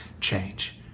change